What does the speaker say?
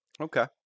Okay